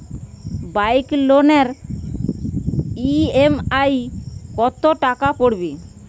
Bike লোনের EMI কত টাকা পড়বে?